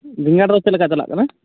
ᱵᱮᱸᱜᱟᱲ ᱫᱚ ᱪᱮᱫ ᱞᱮᱠᱟ ᱪᱟᱞᱟᱜ ᱠᱟᱱᱟ